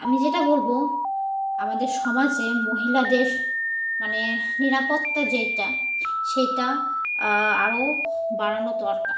আমি যেটা বলবো আমাদের সমাজে মহিলাদের মানে নিরাপত্তা যেইটা সেইটা আরও বাড়ানো দরকার